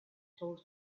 told